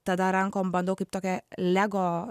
tada rankom bandau kaip tokią lego